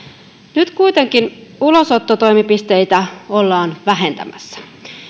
nyt kuitenkin ulosottotoimipisteitä ollaan vähentämässä